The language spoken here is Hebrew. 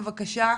בבקשה,